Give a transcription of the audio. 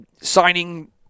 signing